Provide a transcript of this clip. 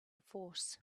force